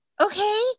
Okay